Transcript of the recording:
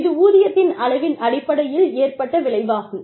இது ஊதியத்தின் அளவின் அடிப்படையில் ஏற்பட்ட விளைவாகும்